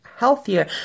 healthier